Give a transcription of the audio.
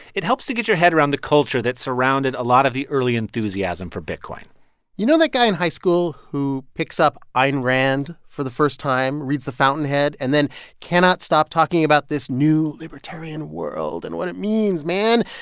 it helps to get your head around the culture that surrounded a lot of the early enthusiasm for bitcoin you know that guy in high school who picks up ayn rand for the first time, reads the fountainhead and then cannot stop talking about this new libertarian world and what it means, man?